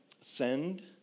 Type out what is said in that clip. send